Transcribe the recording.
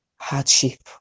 hardship